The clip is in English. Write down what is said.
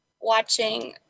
watching